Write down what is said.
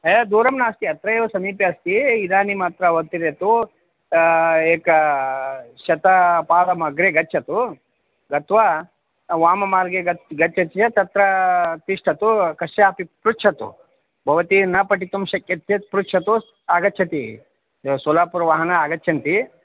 दूरं नास्ति अत्रैव समीपे अस्ति इदानीम् अत्र अवतीर्य एकं शतपावलम् अग्रे गच्छतु गत्वा वाममार्गे ग गच्छति चेत् तत्र तिष्ठतु कस्यापि पृच्छतु भवती न पठितुं शक्यते चेत् पृच्छतु आगच्छति सोलापुरवाहनम् आगच्छति